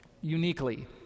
uniquely